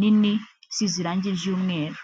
nini isize irangi rymweru.